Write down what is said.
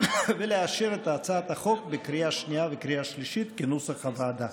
ולאשר את הצעת החוק בקריאה השנייה ובקריאה השלישית כנוסח הוועדה.